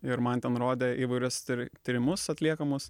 ir man ten rodė įvairius ir ty tyrimus atliekamus